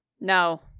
No